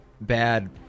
bad